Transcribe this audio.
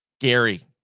Gary